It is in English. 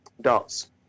dots